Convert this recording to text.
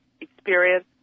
experience